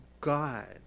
God